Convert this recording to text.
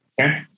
Okay